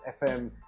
FM